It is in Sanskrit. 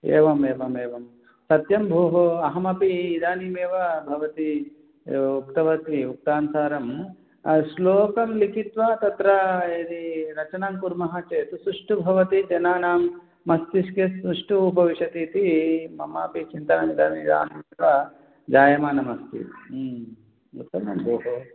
एवम् एवम् एवं सत्यं भोः अहमपि इदानीमेव भवती उक्तवती उक्तानुसारं श्लोकं लिखित्वा तत्र यदि रचनाङ्कुर्मः चेत् सुष्टुः भवति जनानां मस्तिष्के सृष्टुः उपविशतीति मम अपि चिन्तनं इदानीं जायमानं अस्ति उत्तमं भोः